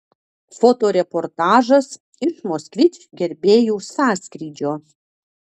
fotoreportažas iš moskvič gerbėjų sąskrydžio